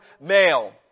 male